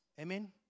Amen